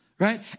Right